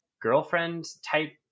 girlfriend-type